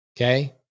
Okay